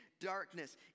darkness